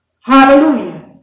Hallelujah